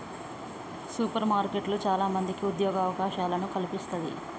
super మార్కెట్లు చాల మందికి ఉద్యోగ అవకాశాలను కల్పిస్తంది